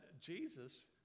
Jesus